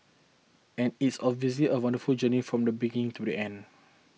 and is a a wonderful journey from the beginning to the end